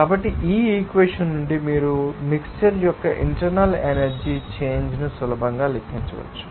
కాబట్టి ఈ ఈక్వెషన్ నుండి మీరు మిక్శ్చర్ యొక్క ఇంటర్నల్ ఎనర్జీ చేంజ్ ను సులభంగా లెక్కించవచ్చు